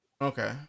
Okay